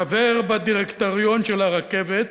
חבר בדירקטוריון הרכבת,